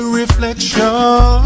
reflection